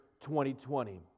2020